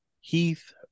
Heath